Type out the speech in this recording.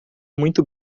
muito